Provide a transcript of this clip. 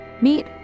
Meet